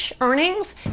earnings